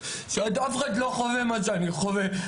אף אחד לא חווה מה שאני חווה,